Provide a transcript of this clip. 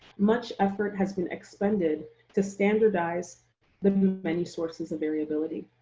much effort has been expended to standardize the many sources of variability.